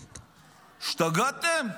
השתגעתם?